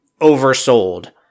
oversold